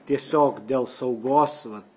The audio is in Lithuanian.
tiesiog dėl saugos vat